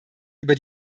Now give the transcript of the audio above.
über